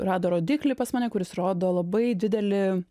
rado rodiklį pas mane kuris rodo labai didelį